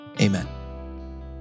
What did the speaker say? Amen